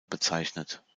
bezeichnet